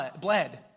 bled